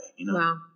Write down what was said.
Wow